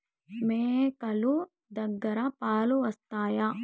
మేక లు దగ్గర పాలు వస్తాయా?